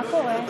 בבקשה.